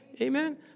Amen